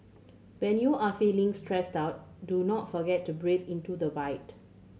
when you are feeling stressed out do not forget to breathe into the void